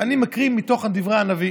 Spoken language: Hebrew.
ואני מקריא מתוך דברי הנביא: